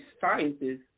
sciences